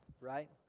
right